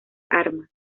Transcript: armas